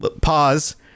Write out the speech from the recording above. pause